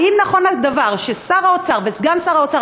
האם נכון הדבר ששר האוצר וסגן שר האוצר,